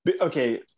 okay